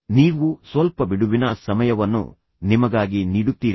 ನೀವು ಸ್ವಲ್ಪ ಬಿಡುವಿನ ಸಮಯವನ್ನು ನಿಮಗಾಗಿ ನೀಡುತ್ತೀರಾ